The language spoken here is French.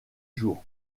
jour